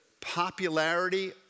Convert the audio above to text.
popularity